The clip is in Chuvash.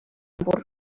пур